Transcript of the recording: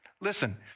Listen